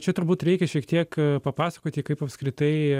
čia turbūt reikia šiek tiek papasakoti kaip apskritai